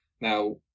Now